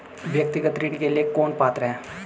व्यक्तिगत ऋण के लिए कौन पात्र है?